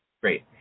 great